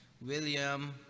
William